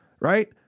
Right